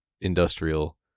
industrial